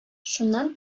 шуннан